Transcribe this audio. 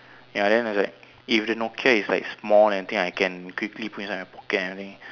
ya then is like if the Nokia is like small then I think I can quickly put inside my pocket and everything